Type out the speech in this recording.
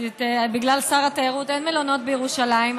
בגלל שר התיירות אין מלונות בירושלים,